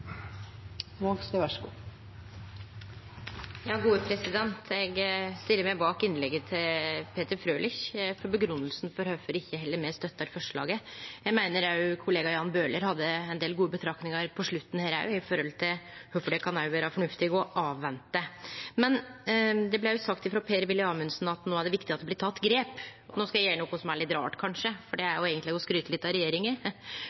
har sett så mange lignende eksempler på i Norge, kan iretteføres, og hvordan politiet finner ut at de kan gå fram i retten. Eg stiller meg bak innlegget til Frølich som grunngjeving for kvifor heller ikkje me støttar forslaget. Eg meiner også kollega Jan Bøhler hadde ein del gode betraktningar på slutten om kvifor det kan vere fornuftig å vente. Det blei sagt frå Per-Willy Amundsen at no er det viktig at det blir teke grep. No skal eg gjere noko som kanskje er litt rart, for det